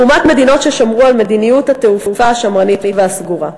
לעומת מדינות ששמרו על מדיניות התעופה השמרנית והסגורה.